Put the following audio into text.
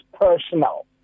personal